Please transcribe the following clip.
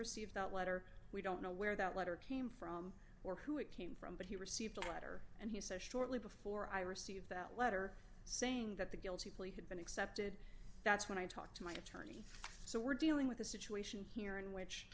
received that letter we don't know where that letter came from or who it came from but he received a letter and he says shortly before i received that letter saying that the guilty plea had been accepted that's when i talked to my attorney so we're dealing with a situation here in which